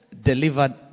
delivered